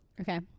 Okay